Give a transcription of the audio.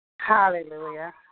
Hallelujah